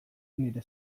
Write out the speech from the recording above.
nire